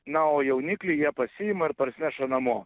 na o jauniklį jie pasiima ir parsineša namo